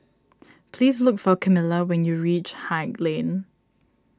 please look for Kamilah when you reach Haig Lane